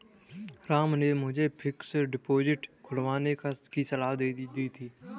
राम ने मुझे fixed deposit खुलवाने की सलाह दी थी